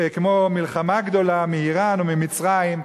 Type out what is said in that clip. כמו מלחמה גדולה מאירן או ממצרים,